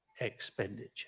expenditure